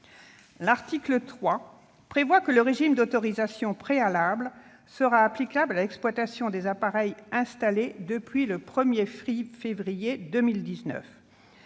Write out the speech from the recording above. L'article 3 prévoit que le régime d'autorisation préalable sera applicable à l'exploitation des appareils installés depuis le 1 février 2019.